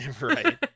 Right